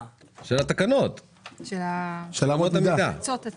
שתהיה בריא, אבל